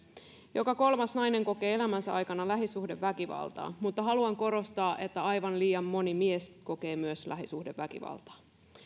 joka kolmas nainen kokee elämänsä aikana lähisuhdeväkivaltaa mutta haluan korostaa että myös aivan liian moni mies kokee lähisuhdeväkivaltaa